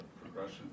progression